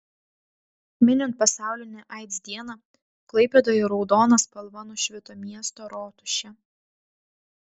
minint pasaulinę aids dieną klaipėdoje raudona spalva nušvito miesto rotušė